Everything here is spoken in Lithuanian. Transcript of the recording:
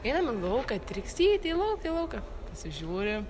einam į lauką triksyte į lauką į lauką pasižiūri